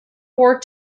four